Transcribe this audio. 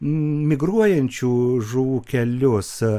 migruojančių žuvų kelius